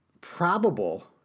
probable